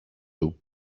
του